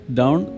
down